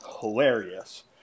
hilarious